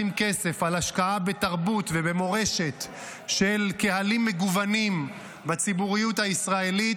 לשים כסף להשקעה בתרבות ובמורשת של קהלים מגוונים בציבוריות הישראלית,